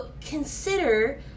consider